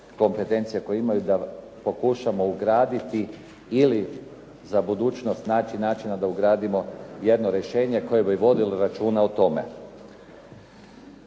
kompetencija koje imaju da pokušamo ugraditi ili za budućnost naći načina da ugradimo jedno rješenje koje bi vodilo računa o tome.